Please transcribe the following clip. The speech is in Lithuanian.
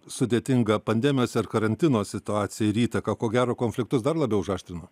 sudėtinga pandemijos ir karantino situacija ir įtaka ko gero konfliktus dar labiau užaštrino